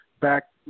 back